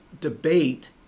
debate